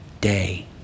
day